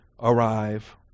arrive